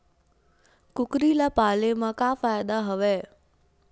कुकरी ल पाले म का फ़ायदा हवय?